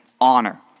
Honor